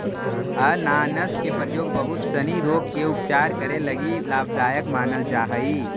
अनानास के प्रयोग बहुत सनी रोग के उपचार करे लगी लाभदायक मानल जा हई